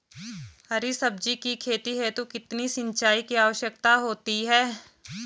हरी सब्जी की खेती हेतु कितने सिंचाई की आवश्यकता होती है?